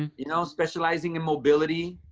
you know, specializing in mobility,